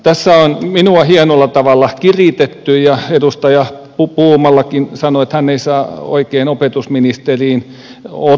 tässä on minua hienolla tavalla kiritetty ja edustaja puumalakin sanoi että hän ei saa oikein opetusministeriin otetta